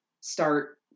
start